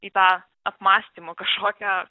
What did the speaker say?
į tą apmąstymo kažkokią